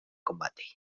combate